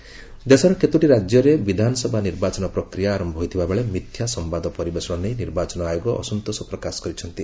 ନିର୍ବାଚନ କମିଶନ୍ ଦେଶର କେତୋଟି ରାଜ୍ୟରେ ବିଧାନସଭା ନିର୍ବାଚନ ପ୍ରକ୍ରିୟା ଆରମ୍ଭ ହୋଇଥିବାବେଳେ ମିଥ୍ୟା ସମ୍ଭାଦ ପରିବେଷଣ ନେଇ ନିର୍ବାଚନ ଆୟୋଗ ଅସନ୍ତୋଷ ପ୍ରକାଶ କରିଛନ୍ତି